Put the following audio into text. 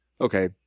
okay